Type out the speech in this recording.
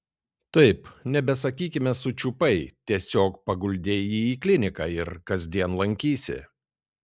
taip nebesakykime sučiupai tiesiog paguldei jį į kliniką ir kasdien lankysi